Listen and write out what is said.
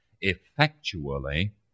effectually